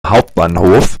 hauptbahnhof